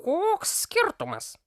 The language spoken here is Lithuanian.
koks skirtumas